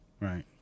right